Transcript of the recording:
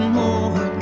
more